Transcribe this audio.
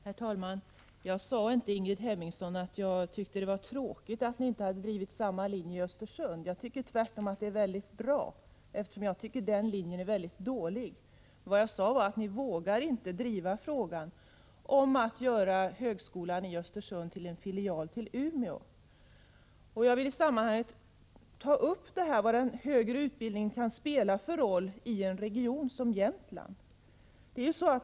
Herr talman! Jag sade inte, Ingrid Hemmingsson, att jag tyckte att det var tråkigt att ni inte hade drivit samma linje i Östersund. Jag tycker tvärtom att det är mycket bra, eftersom jag anser att den linjen är väldigt dålig. Vad jag sade var att ni inte vågar driva frågan om att göra högskolan i Östersund till en filial. till Umeå universitet. I detta sammanhang vill jag ta upp frågan vad den högre utbildningen kan spela för roll i en region som Jämtland.